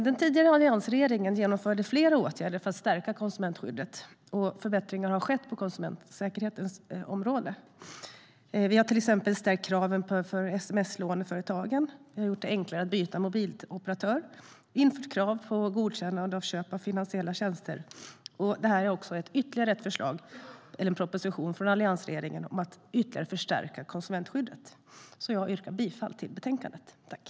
Den tidigare alliansregeringen genomförde flera åtgärder för att stärka konsumentskyddet, och förbättringar har skett när det gäller konsumentsäkerhet. Vi har till exempel stärkt kraven på sms-låneföretagen, gjort det enklare att byta mobiloperatör och infört krav på godkännande vid köp av finansiella tjänster. Detta är ännu en proposition från alliansregeringen om att ytterligare förstärka konsumentskyddet. Jag yrkar alltså bifall till förslaget i betänkandet.